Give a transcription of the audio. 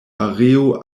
areo